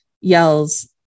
yells